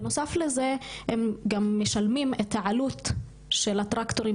בנוסף לזה הם משלמים את העלות של הטרקטורים